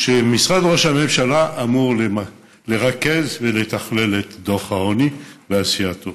שמשרד ראש הממשלה אמור לרכז ולתכלל את דוח העוני ועשייתו.